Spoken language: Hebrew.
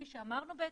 כפי שאמרנו בעצם,